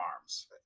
arms